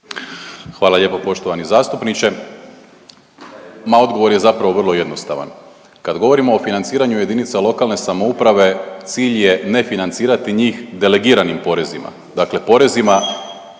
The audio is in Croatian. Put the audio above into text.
Hvala lijepo poštovani zastupniče. Ma odgovor je zapravo vrlo jednostavan. Kad govorimo o financiranju jedinica lokalne samouprave cilj je ne financirati njih delegiranim porezima.